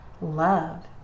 love